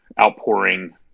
outpouring